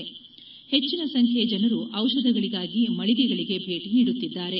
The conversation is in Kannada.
ಪೆಜ್ಜಿನ ಸಂಖ್ಯೆಯ ಜನರು ಔಷಧಗಳಿಗಾಗಿ ಮಳಿಗೆಗಳಿಗೆ ಭೇಟಿ ನೀಡುತ್ತಿದ್ದಾರೆ